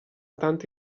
tanto